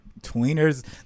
tweeners